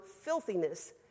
filthiness